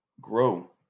grow